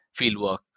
fieldwork